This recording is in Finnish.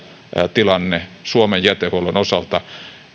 tilanne suomen jätehuollon osalta